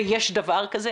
ויש דבר כזה.